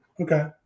Okay